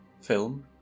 film